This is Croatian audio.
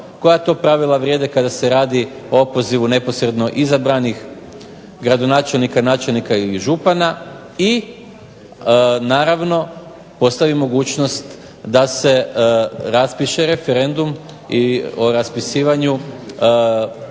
koja to pravila vrijede kada se radi o opozivu neposredno izabranih gradonačelnika, načelnika ili župana. I naravno, postavi mogućnost da se raspiše referendum i o raspisivanju opoziva,